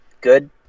good